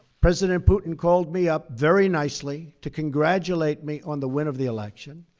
president putin called me up very nicely to congratulate me on the win of the election.